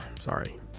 sorry